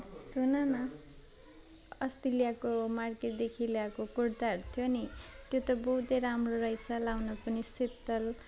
सुन न अस्ति ल्याएको मार्केटदेखि ल्याएको कुर्ताहरू थियो नि त्यो त बहुत राम्रो रहेछ लगाउन पनि शीतल